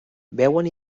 veuen